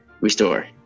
Restore